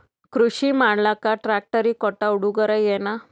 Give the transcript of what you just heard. ಕೃಷಿ ಮಾಡಲಾಕ ಟ್ರಾಕ್ಟರಿ ಕೊಟ್ಟ ಉಡುಗೊರೆಯೇನ?